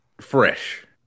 fresh